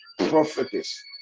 prophetess